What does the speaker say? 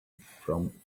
from